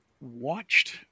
watched